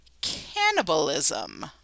cannibalism